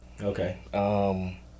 Okay